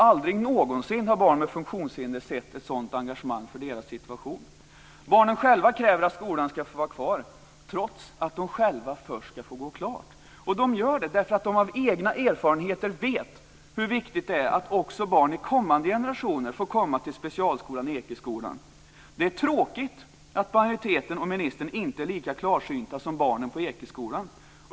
Aldrig någonsin har barn med funktionshinder sett ett sådant engagemang för deras situation. Barnen själva kräver att skolan ska få vara kvar, även om de vet att de själva först får gå klart. De gör därför att de av egna erfarenheter vet hur viktigt det är att också barn i kommande generationer får komma till specialskolan Ekeskolan. Det är tråkigt att majoriteten och ministern inte är lika klarsynta som barnen på Ekeskolan.